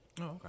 Okay